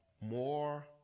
more